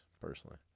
personally